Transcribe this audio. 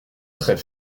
très